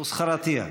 מוסחראתייה.